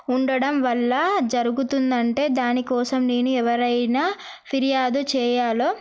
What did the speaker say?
ఉండడం వల్ల జరుగుతుందంటే దానికోసం నేను ఎవరైనా ఫిర్యాదు చేయాలో